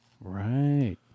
Right